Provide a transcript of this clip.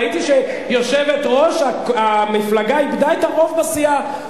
ראיתי שיושבת-ראש המפלגה איבדה את הרוב בסיעה,